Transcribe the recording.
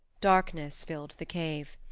darkness filled the cave.